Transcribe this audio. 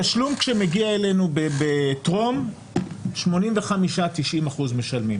תשלום כשמגיע אלינו ב"טרום", 85%-90% משלמים.